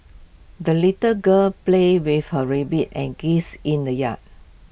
the little girl played with her rabbit and geese in the yard